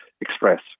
Express